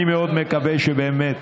אני מאוד מקווה שבאמת